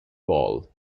ball